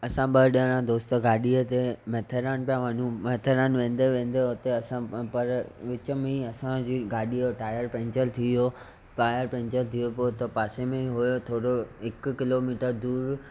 असां ॿ ॼणा दोस्त गाॾीअ ते मेथेरान पिया वञू मेथेरान वेंदे वेंदे उते असां पर विचु में ई असांजी गाॾीअ जो टायर पंचर थी वियो टायर पंचर थी वियो पोइ त पासे में ई हुओ थोरो हिकु किलोमीटर दूरि